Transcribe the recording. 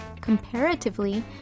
comparatively